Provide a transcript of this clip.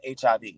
HIV